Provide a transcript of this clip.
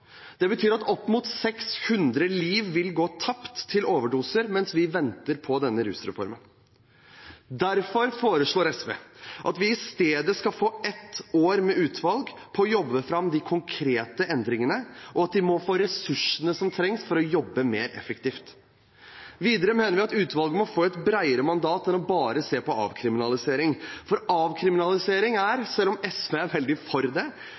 Det betyr at opp mot 600 liv vil gå tapt til overdoser mens vi venter på denne rusreformen. Derfor foreslår SV at vi i stedet skal få ett år med utvalg på å jobbe fram de konkrete endringene, og at de må få ressursene som trengs for å jobbe mer effektivt. Videre mener vi at utvalget må få et bredere mandat enn bare å se på avkriminalisering, for avkriminalisering er – selv om SV er veldig for det